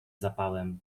zapałem